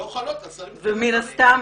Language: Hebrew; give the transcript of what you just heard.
לא חלות על שרים וסגני שרים.